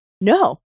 no